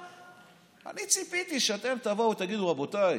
אני ציפיתי שאתם תבואו תגידו: רבותיי,